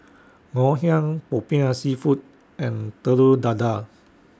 Ngoh Hiang Popiah Seafood and Telur Dadah